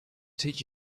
teach